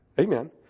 Amen